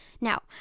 Now